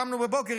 קמנו בבוקר,